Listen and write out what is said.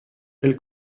elle